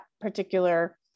particular